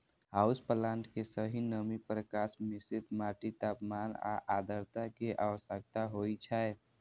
house plant कें सही नमी, प्रकाश, मिश्रित माटि, तापमान आ आद्रता के आवश्यकता होइ छै